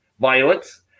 violence